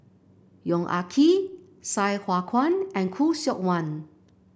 Yong Ah Kee Sai Hua Kuan and Khoo Seok Wan